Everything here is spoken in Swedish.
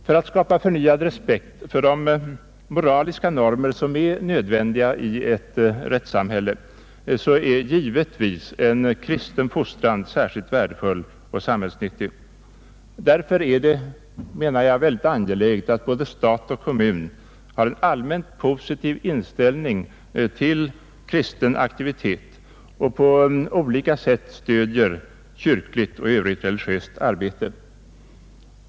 För att skapa förnyad respekt för de moraliska normer som är nödvändiga i ett rättssamhälle är givetvis en kristen fostran särskilt värdefull och samhällsnyttig. Det är därför mycket angeläget att både stat och kommun har en allmänt positiv inställning till kristen aktivitet och på olika sätt stöder kyrkligt och övrigt religiöst arbete.